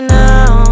now